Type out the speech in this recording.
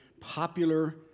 popular